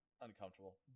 uncomfortable